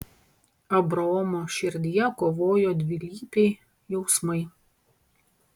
abraomo širdyje kovojo dvilypiai jausmai